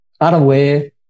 unaware